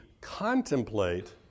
contemplate